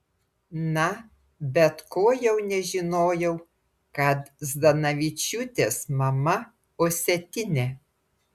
na bet ko jau nežinojau kad zdanavičiūtės mama osetinė